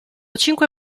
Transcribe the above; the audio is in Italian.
cinque